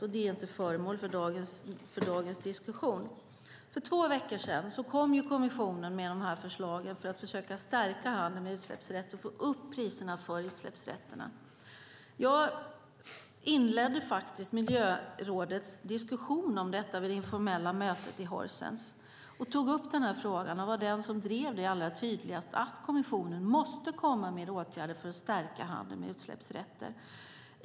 Men det är inte föremål för dagens diskussion. För två veckor sedan kom kommissionen med de här förslagen för att försöka stärka handeln med utsläppsrätter och få upp priserna för utsläppsrätterna. Jag inledde miljörådets diskussion om detta vid det informella mötet i Horsens. Jag tog upp denna fråga och var den som drev allra tydligast att kommissionen måste komma med åtgärder för att stärka handeln med utsläppsrätter.